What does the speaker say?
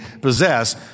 possess